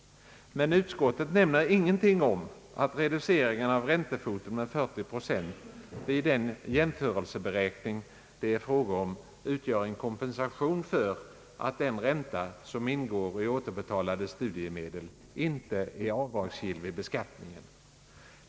Men utskottet nämner ingenting om att reduceringen av räntefoten med 40 procent vid den jämförelseberäkning som det är fråga om utgör en kompensation för att den ränta, som ingår i återbetalade studiemedel, inte är avdragsgill vid beskattningen.